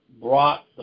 brought